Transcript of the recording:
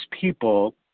people